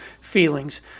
feelings